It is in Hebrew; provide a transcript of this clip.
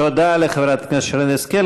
תודה לחברת הכנסת שרן השכל.